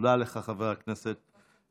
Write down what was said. תודה לך, חבר הכנסת אדלשטיין.